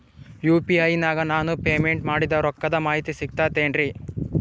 UPI ನಾಗ ನಾನು payment ಮಾಡಿದ ರೊಕ್ಕದ ಮಾಹಿತಿ ಸಿಕ್ತಾತೇನ್ರೀ?